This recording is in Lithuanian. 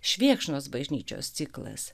švėkšnos bažnyčios ciklas